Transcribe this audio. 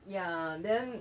ya then